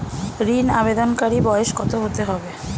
ঋন আবেদনকারী বয়স কত হতে হবে?